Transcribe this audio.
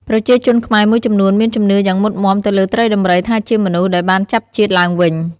ប្រជាជនខ្មែរមួយចំនួនមានជំនឿយ៉ាងមុតមាំទៅលើត្រីដំរីថាជាមនុស្សដែលបានចាប់ជាតិឡើងវិញ។